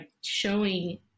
showing